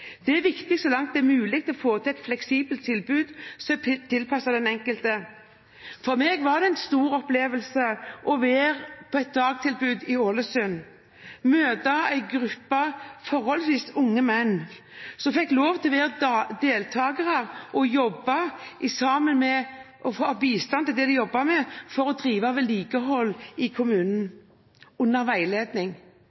Det er viktig så langt det er mulig å få til et fleksibelt tilbud som er tilpasset den enkelte. For meg var det en stor opplevelse å være på et dagtilbud i Ålesund, møte en gruppe forholdsvis unge menn som fikk lov til å være deltakere og få bistand til det de jobbet med, å drive med vedlikehold i kommunen,